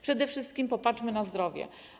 Przede wszystkim popatrzmy na zdrowie.